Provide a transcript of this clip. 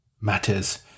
matters